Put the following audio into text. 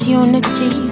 unity